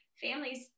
families